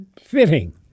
fitting